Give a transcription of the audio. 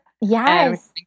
Yes